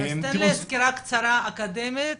אז תן לי סקירה קצרה אקדמית,